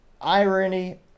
irony